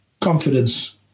Confidence